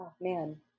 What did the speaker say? man